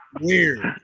weird